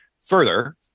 further